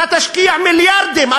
אתה תשקיע מיליארדים,